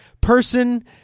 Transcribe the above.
person